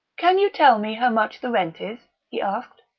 can you tell me how much the rent is? he asked.